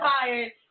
tired